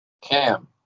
cam